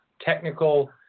Technical